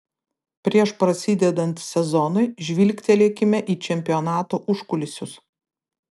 prieš prasidedant sezonui žvilgtelėkime į čempionato užkulisius